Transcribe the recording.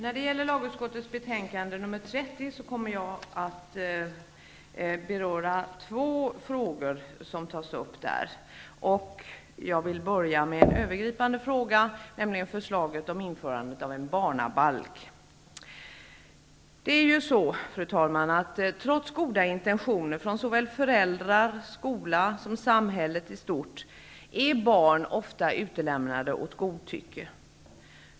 Fru talman! Jag kommer att beröra två frågor som tas upp i lagutskottets betänkande 30. Jag vill börja med en övergripande fråga, nämligen förslaget om införandet av en barnabalk. Fru talman! Trots goda intentioner från föräldrar, skola och samhället i stort är barn ofta utelämnade åt godtycke.